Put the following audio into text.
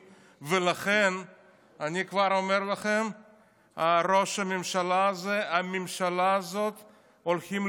ולכן אני כבר אומר לכם שראש הממשלה הזה והממשלה הזאת הולכים למרוח.